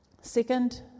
Second